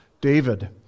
David